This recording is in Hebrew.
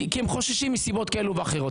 כי הם חוששים מסיבות כאלה ואחרות.